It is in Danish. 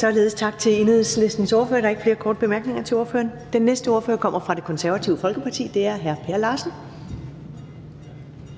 Kl. 10:58 Første næstformand (Karen Ellemann): Således tak til Enhedslistens ordfører. Der er ikke flere korte bemærkninger til ordføreren. Den næste ordfører kommer fra Det Konservative Folkeparti. Det er hr. Per Larsen.